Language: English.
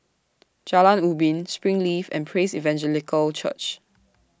Jalan Ubin Springleaf and Praise Evangelical Church